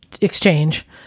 exchange